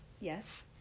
yes